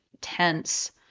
tense